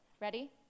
ready